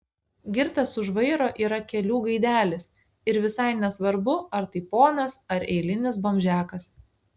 girtas už vairo yra kelių gaidelis ir visai nesvarbu ar tai ponas ar eilinis bomžiakas